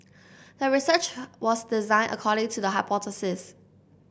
the research was designed according to the hypothesis